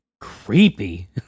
Creepy